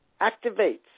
activates